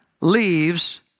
leaves